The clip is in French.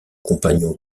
compagnon